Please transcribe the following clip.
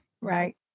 Right